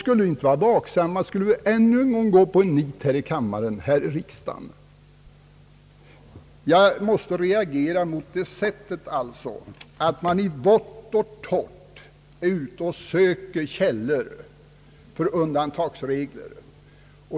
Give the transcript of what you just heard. Skulle vi inte vara vaksamma, är det risk för att vi skulle kunna gå på en nit här i riksdagen. Jag måste reagera mot sättet att i vått och torrt vara ute och söka källor för undantagsregler.